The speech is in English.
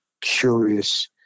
Curious